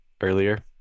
earlier